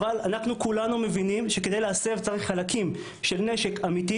אבל אנחנו כולנו מבינים שכדי להסב צריך חלקים של נשק אמיתי.